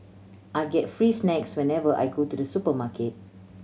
I get free snacks whenever I go to the supermarket